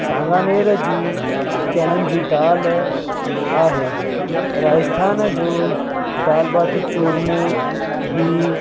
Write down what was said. सांगानेर जी चणनि जी दाल आहे राजस्थान जो दाल बाटी चूरमो बि